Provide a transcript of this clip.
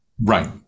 Right